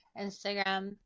Instagram